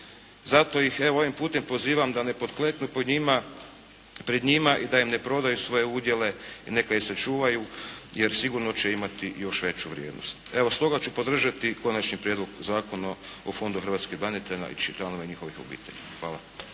Zato ih evo ovim putem pozivam a ne potkleknu pred njima i da im ne prodaju svoje udjele, neka ih sačuvaju jer sigurno će imati još veću vrijednost. Evo, stoga ću podržati Konačni prijedlog zakona o Fondu hrvatskih branitelja i članovima njihovih obitelji. Hvala.